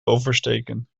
oversteken